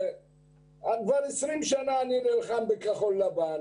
כבר 20 שנה אני נלחם לכחול לבן